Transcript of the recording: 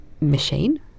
machine